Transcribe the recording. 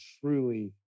truly